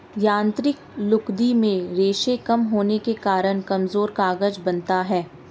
यांत्रिक लुगदी में रेशें कम होने के कारण कमजोर कागज बनता है